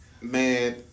man